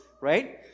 right